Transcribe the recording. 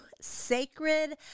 Sacred